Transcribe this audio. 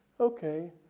okay